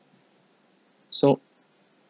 so